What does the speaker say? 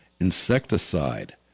Insecticide